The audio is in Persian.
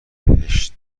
بهش